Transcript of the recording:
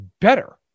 better